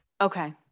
Okay